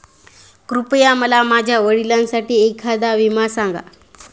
कृपया मला माझ्या वडिलांसाठी एखादा विमा सांगा